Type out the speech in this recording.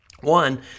One